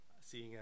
seeing